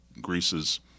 Greece's